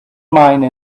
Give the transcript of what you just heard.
mine